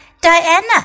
Diana